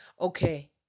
okay